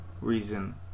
reason